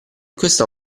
questo